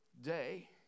day